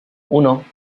uno